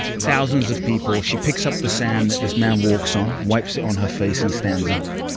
thousands of people. she picks up the sand that this man walks on, wipes it on her face, and stands up,